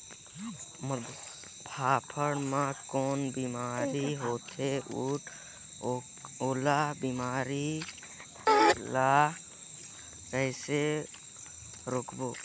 फाफण मा कौन बीमारी होथे अउ ओला बीमारी ला कइसे रोकबो?